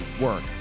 work